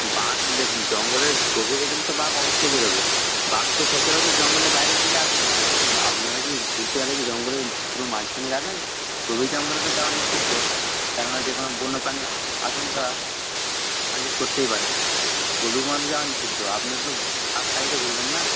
বাঘ দেখুন জঙ্গলের গভীরে গেলে তো বাঘ অবশ্যই বেরোবে বাঘ তো সচরাচর জঙ্গলের বাইরের দিকে আসে না আর আপ আপনারা কি ঘুরতে গেলে কি জঙ্গলের পুরো মাঝখানে যাবেন গভীর জঙ্গলে তো যাওয়া নিষিদ্ধ কেন না যে কোনো বন্য প্রাণী আচমকা টার্গেট করতেই পারে গভীর জঙ্গলে যাওয়া তো নিষিদ্ধ আপনি সাইডে ঘুরবেন না